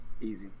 Easy